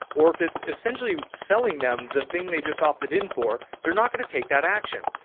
or if it's essentially selling them, the thing they just opted in for, they're not going to take that action.